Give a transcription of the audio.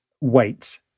wait